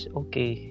okay